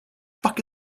fuck